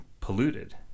polluted